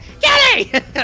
Kelly